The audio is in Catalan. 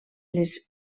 les